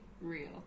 real